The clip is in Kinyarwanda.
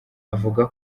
avuga